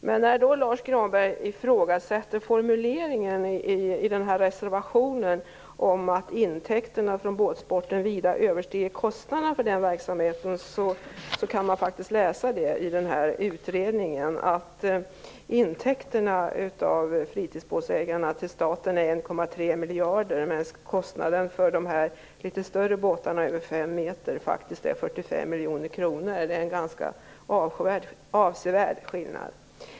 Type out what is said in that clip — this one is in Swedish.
Men när Lars U Granberg ifrågasätter formuleringen i reservationen om att intäkterna från båtsporten vida överstiger kostnaderna för verksamheten vill jag säga att man faktiskt kan läsa i utredningen att intäkterna från fritidsbåtsägarna till staten är 1,3 miljarder medan kostnaderna för de litet större båtarna, de över fem meter, är 45 miljoner kronor. Det är en ganska avsevärd skillnad.